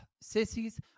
sissies